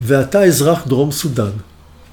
ואתה אזרח דרום סודאן